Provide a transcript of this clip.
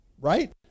right